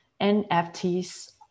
NFTs